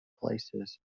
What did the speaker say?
places